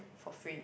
for free